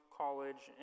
college